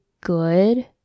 good